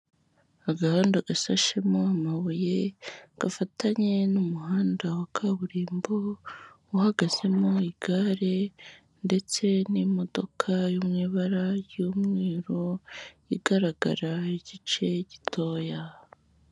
Agahanda gashashemo amabuye gafatanye n'umuhanda wa kaburimbo, uhagaze mu igare ndetse n'imodoka yo mu ibara y'umweru igaragara igice gitoya.